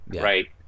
Right